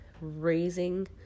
raising